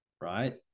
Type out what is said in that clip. right